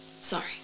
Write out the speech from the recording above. Sorry